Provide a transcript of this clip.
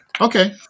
Okay